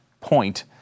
point